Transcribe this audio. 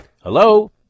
Hello